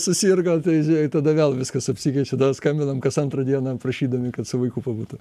susirgo tai žiūrėk tada vėl viskas apsikeičia tada skambinam kas antrą dieną prašydami kad su vaiku pabūtų